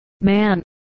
Man